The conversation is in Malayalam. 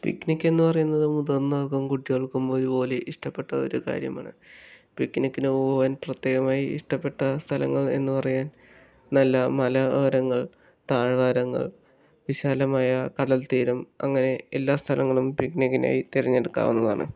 പിക്കിനിക് എന്ന് പറയുന്നത് മുതിർന്നവർക്കും കുട്ടികൾക്കും ഒരുപോലെ ഇഷ്ടപ്പെട്ട ഒരു കാര്യമാണ് പികിനിക്കിന് പോകാൻ പ്രത്യേകമായി ഇഷ്ടപ്പെട്ട സ്ഥലങ്ങൾ എന്ന് പറയാൻ നല്ല മലയോരങ്ങൾ താഴ്വാരങ്ങൾ വിശാലമായ കടൽത്തീരം അങ്ങനെ എല്ലാ സ്ഥലങ്ങളും പികിനിക്കിനായി തിരഞ്ഞെടുക്കാവുന്നതാണ്